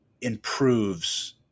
improves